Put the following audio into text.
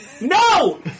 No